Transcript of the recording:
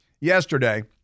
Yesterday